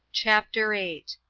chapter eight.